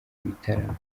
ibitaramo